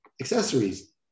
accessories